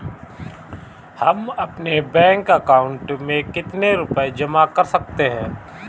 हम अपने bank account में कितने रुपये जमा कर सकते हैं?